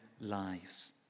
lives